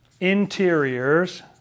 interiors